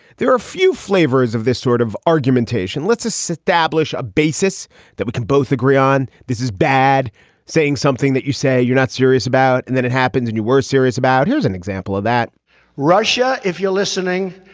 there are a few flavors of this sort of argumentation. let's establish a basis that we can both agree on. this is bad saying something that you say you're not serious about and then it happens and you were serious about. here's an example of that russia if you're listening,